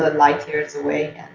but light years away.